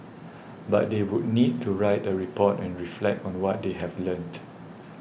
but they would need to write a report and reflect on what they have learnt